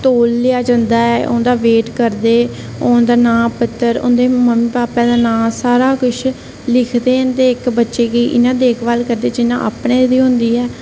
तौलेआ जंदा ऐ उं'दा वेट करदे उं'दा नांऽ पत्तर उंदी मम्मी भापा दा नांऽ सब किश लिखदे न ते इक्क बच्चे दी इं'या देखभाल करदे न जि'यां अपने दी होंदी ऐ